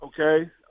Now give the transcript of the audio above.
okay